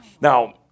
Now